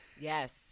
Yes